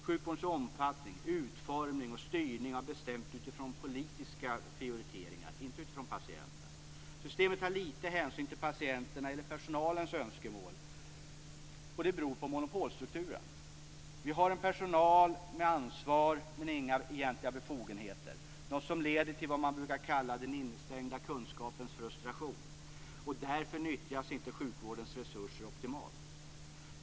Sjukvårdens omfattning, utformning och styrning har bestämts utifrån politiska prioriteringar, inte utifrån patienten. Systemet tar liten hänsyn till patienternas eller personalens önskemål, och det beror på monopolstrukturen. Vi har en personal med ansvar men inga egentliga befogenheter, något som leder till vad man brukar kalla "den instängda kunskapens frustration". Därför nyttjas inte sjukvårdens resurser optimalt.